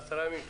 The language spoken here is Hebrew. עשרה ימים.